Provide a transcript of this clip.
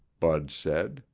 bud said,